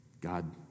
God